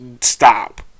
Stop